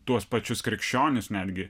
tuos pačius krikščionis netgi